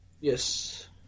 Yes